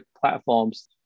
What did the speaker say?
platforms